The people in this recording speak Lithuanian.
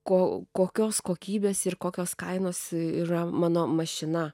ko kokios kokybės ir kokios kainos yra mano mašina